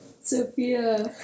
Sophia